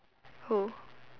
who